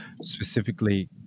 specifically